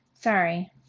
Sorry